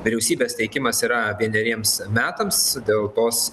vyriausybės teikimas yra vieneriems metams dėl tos